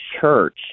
church